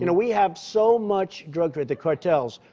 and we have so much drug trade, the cartels,